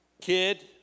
Kid